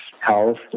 health